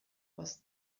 was